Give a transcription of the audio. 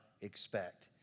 expect